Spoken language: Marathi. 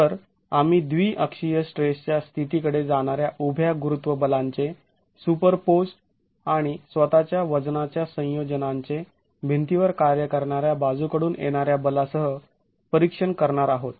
तर आम्ही द्वीअक्षीय स्ट्रेसच्या स्थितीकडे जाणाऱ्या उभ्या गुरुत्वबलांचे सुपरपोज्ड् आणि स्वतःच्या वजनांच्या संयोजनांचे भिंतीवर कार्य करणाऱ्या बाजूकडून येणाऱ्या बलासह परीक्षण करणार आहोत